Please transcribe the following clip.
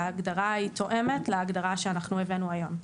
ההגדרה היא תואמת להגדרה שאנחנו הבאנו היום.